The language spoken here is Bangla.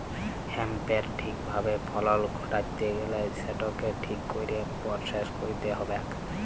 হ্যাঁম্পের ঠিক ভাবে ফলল ঘটাত্যে গ্যালে সেটকে ঠিক কইরে পরসেস কইরতে হ্যবেক